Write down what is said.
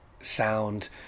sound